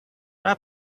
rap